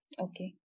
Okay